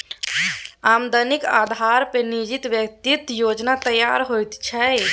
आमदनीक अधारे पर निजी वित्तीय योजना तैयार होइत छै